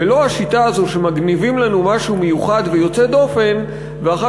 ולא השיטה הזאת שמגניבים לנו משהו מיוחד ויוצא דופן ואחר